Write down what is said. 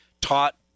taught